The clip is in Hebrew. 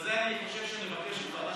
בגלל זה אני חושב שנבקש את ועדת העבודה והרווחה.